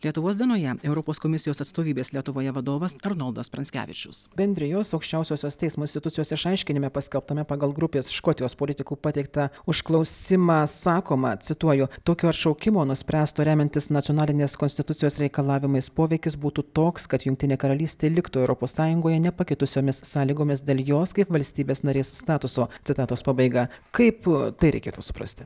lietuvos dienoje europos komisijos atstovybės lietuvoje vadovas arnoldas pranckevičius bendrijos aukščiausiosios teismo institucijos išaiškinime paskelbtame pagal grupės škotijos politikų pateiktą užklausimą sakoma cituoju tokio atšaukimo nuspręsto remiantis nacionalinės konstitucijos reikalavimais poveikis būtų toks kad jungtinė karalystė liktų europos sąjungoje nepakitusiomis sąlygomis dėl jos kaip valstybės narės statuso citatos pabaiga kaip tai reikėtų suprasti